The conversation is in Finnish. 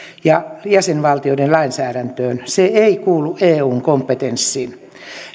ja jäsenvaltioiden lainsäädäntöön se ei kuulu eun kompetenssiin